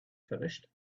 finished